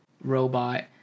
robot